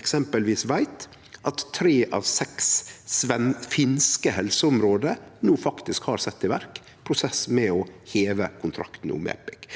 eksempelvis veit at tre av seks finske helseområde no har sett i verk prosess for å heve kontrakten med.